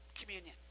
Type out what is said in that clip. communion